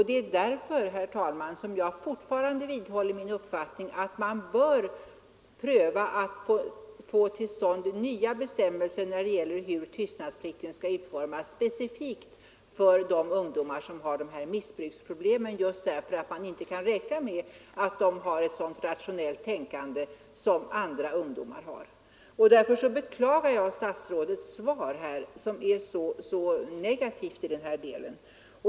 Det är därför, herr talman, som jag vidhåller min uppfattning att man bör försöka få till stånd nya bestämmelser om tystnadsplikten specifikt för de ungdomar som har missbruksproblem. Man kan inte räkna med att de har ett så rationellt tänkande som andra ungdomar har. Därför beklagar jag att statsrådets svar är så negativt i denna del.